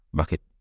bakit